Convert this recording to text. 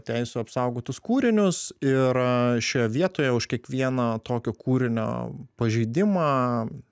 teisių apsaugotus kūrinius ir šioje vietoje už kiekvieną tokio kūrinio pažeidimą